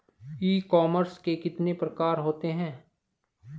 ई commerce के कितने प्रकार होते हैं?